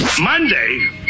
Monday